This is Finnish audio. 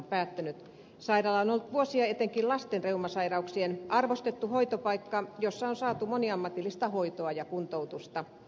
sairaala on ollut vuosia etenkin lasten reumasairauksien arvostettu hoitopaikka jossa on saatu moniammatillista hoitoa ja kuntoutusta